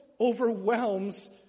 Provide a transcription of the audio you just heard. overwhelms